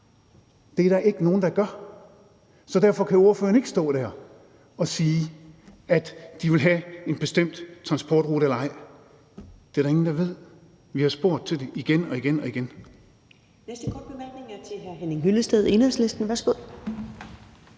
det er der ikke nogen der gør, så derfor kan ordføreren ikke stå der og sige, at de vil have en bestemt transportrute eller ej, for det er der ingen der ved. Vi har spurgt til det igen og igen og igen.